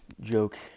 joke